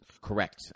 Correct